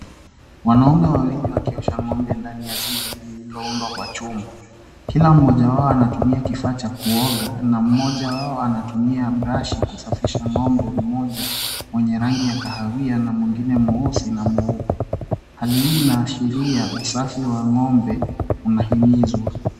Wanaume wawili wakiosha ng'ombe ndani ya zizi lililoundwa kwa chuma. kila mmoja wao anatumia kifaa cha kuoga na mmoja wao anatumia brashi kusafisha ng'ombe mmoja mwenye rangi yakahawia na mwingine mweusi na mweupe. Hali hii inaashiria usafi wa ng'ombe unahimizwa.